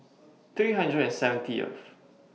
three hundred and seventy F